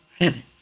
heaven